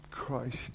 Christ